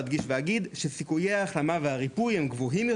מסוגי הגידול שאתם רואים פה היו גברים,